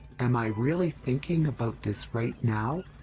am i really thinking about this right now?